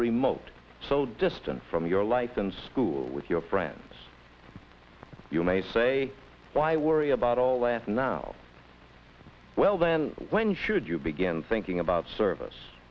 remote so distant from your life in school with your friends you may say why worry about all laugh now well then when should you begin thinking about service